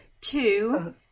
two